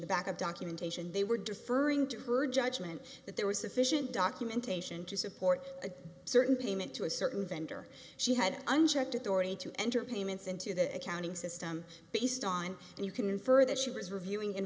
the back of documentation they were deferring to her judgement that there was sufficient documentation to support a certain payment to a certain vendor she had unchecked authority to enter payments into the accounting system based on and you can infer that she was reviewing in